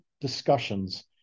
discussions